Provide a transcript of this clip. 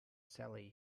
sally